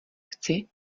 chci